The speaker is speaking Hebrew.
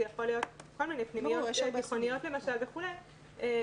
זה יכול להיות כל מיני פנימיות תיכוניות או ישיבתיות,